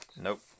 Nope